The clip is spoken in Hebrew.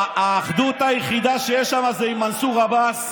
האחדות היחידה שיש שם זה עם מנסור עבאס,